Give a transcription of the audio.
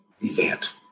event